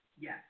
Yes